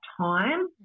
time